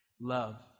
love